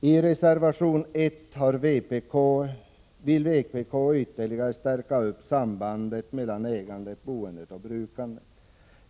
I reservation 1 vill vpk ytterligare förstärka sambandet ägande-boende och brukande.